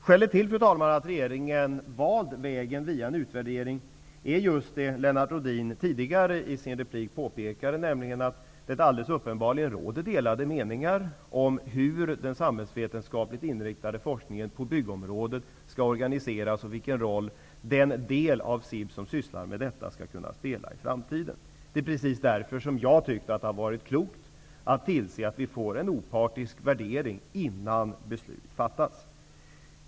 Skälet till att regeringen valt vägen via en utvärdering är just det som Lennart Rohdin tidigare påpekade, att det uppenbarligen råder delade meningar om hur den samhällsvetenskapligt inriktade forskningen på byggområdet skall organiseras och vilken roll den del av SIB som sysslar med det skall kunna spela i framtiden. Det är precis därför som jag har tyckt att det har varit klokt att se till att vi får en opartisk värdering innan beslut fattas.